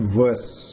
verse